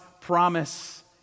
promise